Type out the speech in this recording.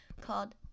called